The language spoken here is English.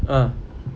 ah